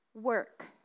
Work